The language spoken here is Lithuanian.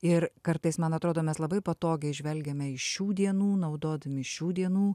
ir kartais man atrodo mes labai patogiai žvelgiame į šių dienų naudodami šių dienų